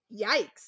yikes